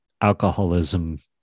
alcoholism